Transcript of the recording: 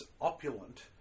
opulent